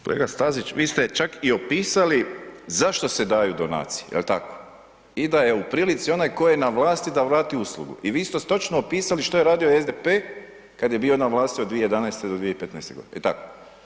Kolega Stazić vi ste čak i opisali zašto se daju donacije jel tako i da je u prilici onaj koji je na vlasti da vrati uslugu i vi ste točno opisali što je radio SDP kad je bio na vlasti od 2011. do 2015. godine jel tako.